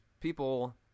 people